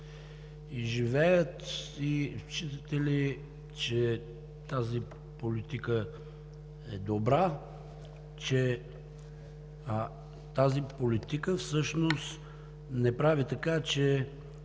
и живеят? Считате ли, че тази политика е добра, че тази политика не прави така, че